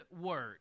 work